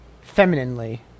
femininely